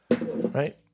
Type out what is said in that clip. Right